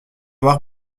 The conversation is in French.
voir